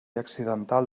accidental